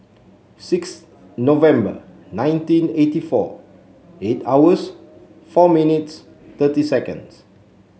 six November nineteen eighty four eight hours four minutes thirty seconds